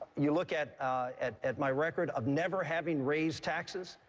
you look at at at my record of never having raised taxes.